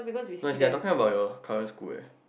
no they are talking about your current school eh